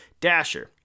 dasher